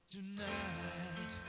Tonight